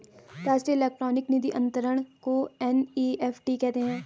राष्ट्रीय इलेक्ट्रॉनिक निधि अनंतरण को एन.ई.एफ.टी कहते हैं